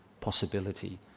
possibility